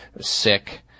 sick